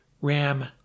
Ram